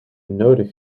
nodig